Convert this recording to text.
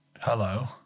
Hello